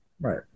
right